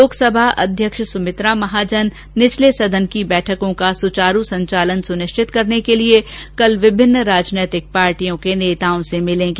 लोकसभा अध्यक्ष सुमित्रा महाजन निचले सदन की बैठकों का सुचारू संचालन सुनिश्चित करने के लिए कल विभिन्न राजनीतिक पार्टियों के नेताओं से मिलेंगी